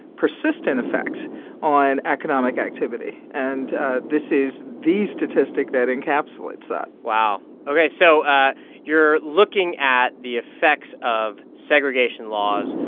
persistent effects on economic activity. and ah this is the statistic that encapsulates that wow. ok, so you're looking at the effects of segregation laws,